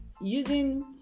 using